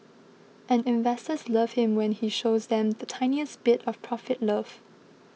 and investors love him when he shows them the tiniest bit of profit love